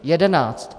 Jedenáct!